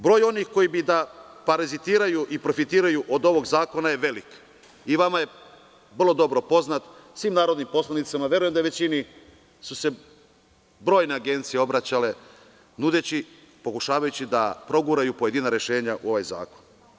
Broj onih koji bi da parazitiraju i profitiraju od ovog zakona je veliki i vama je vrlo dobro poznat, svim narodnim poslanicima, verujem da su se većini brojne agencije obraćale nudeći, pokušavajući da proguraju pojedina rešenja u ovaj zakon.